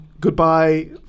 Goodbye